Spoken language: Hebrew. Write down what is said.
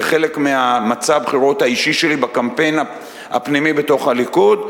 כחלק ממצע הבחירות האישי שלי בקמפיין הפנימי בתוך הליכוד.